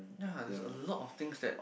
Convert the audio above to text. ya there's a lot of things that